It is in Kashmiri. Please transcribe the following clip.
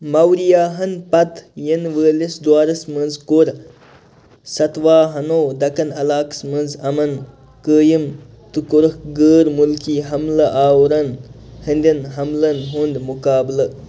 مَورِیاہَن پَتہٕ یِنہٕ وٲلس دورس منٛز کوٚر ستواہَنو دَکن علاقس منٛز اَمَن قٲیم تہٕ کوٚرُکھ غٲر مُلکی حملہٕ آورَن ہٕنٛدٮ۪ن حملن ہُنٛد مقابلہٕ